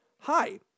Hi